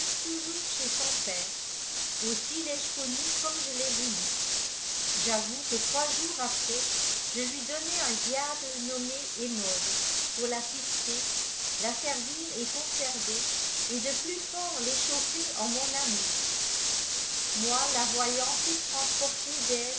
toujours chez son père aussi l'ai-je connue comme je l'ai voulu j'avoue que tris jours après je lui donnai un diable nommé emotles pour l'assister la servir et conserver et de plus fort réchauffer en mon amour moi la voyant toute transportée d'aise